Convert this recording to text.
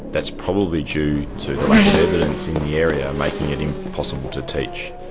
that's probably due to the lack of evidence in the area making it impossible to teach.